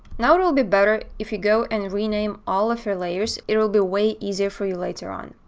now it will be better if you go and rename all of your layers. it will be way easier for you later on.